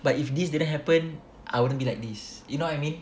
but if this didn't happen I wouldn't be like this you know what I mean